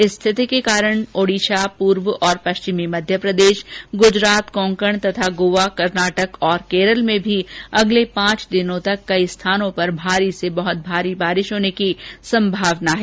इस स्थिति के कारण ओड़िसा पूर्व और पष्विमी मध्यप्रदेष गुजरात कोंकण तथा गोवा कर्नाटक और केरल में भी अगले पांच दिनों तक कई स्थानों पर भारी से अति भारी बारिष होने की संभावना है